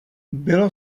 bylo